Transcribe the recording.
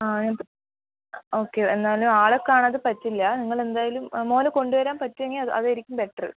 ആ ഓക്കേ എന്നാലും ആളെ കാണാതെ പറ്റില്ല നിങ്ങൾ എന്തായാലും മോനെ കൊണ്ട് വരാൻ പറ്റുവെങ്കിൽ അതായിരിക്കും ബെറ്റർ